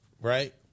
right